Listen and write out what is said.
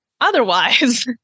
Otherwise